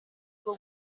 bwo